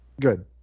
Good